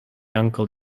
uncle